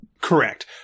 Correct